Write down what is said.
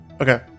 Okay